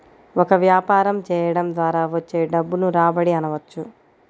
ఒక వ్యాపారం చేయడం ద్వారా వచ్చే డబ్బును రాబడి అనవచ్చు